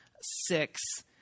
six